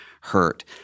hurt